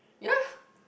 ya